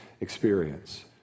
experience